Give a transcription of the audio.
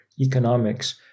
economics